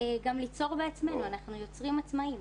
גם ליצור בעצמנו, אנחנו יוצרים עצמאיים,